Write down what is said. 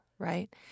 Right